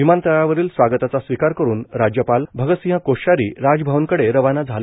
विमानतळावरील स्वागताचा स्वीकार करुन राज्यपाल भगतसिंह कोश्यारी राजभवनकडे रवाना झाले